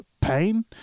pain